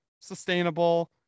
sustainable